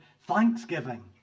thanksgiving